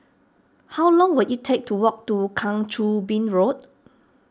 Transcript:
how long will it take to walk to Kang Choo Bin Road